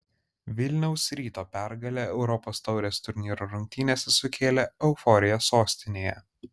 vilniaus ryto pergalė europos taurės turnyro rungtynėse sukėlė euforiją sostinėje